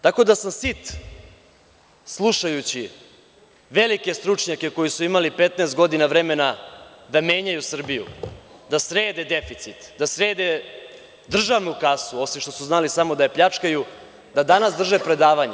Tako da sam sit slušajući velike stručnjake koji su imali 15 godina vremena da menjaju Srbiju, da srede deficit, da srede državnu kasu, osim što su znali samo da je pljačkaju, da danas drže predavanje.